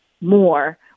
more